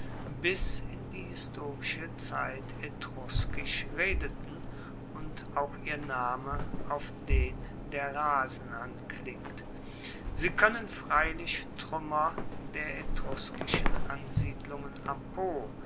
bis in die historische zeit etruskisch redeten und auch ihr name auf den der rasen anklingt sie koennen freilich truemmer der etruskischen ansiedlungen am po